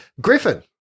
Griffin